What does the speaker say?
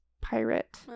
pirate